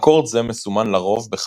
אקורד זה מסומן לרוב ב־5.